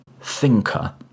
thinker